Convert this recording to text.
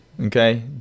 Okay